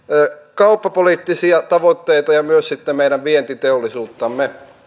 kauppapoliittisia tavoitteita ja sitten myös meidän vientiteollisuuttamme